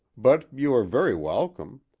but you are very welcome.